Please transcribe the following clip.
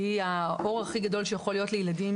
שהיא האור הכי גדול שיכול להיות לילדים